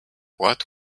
what